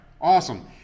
Awesome